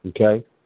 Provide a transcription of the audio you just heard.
okay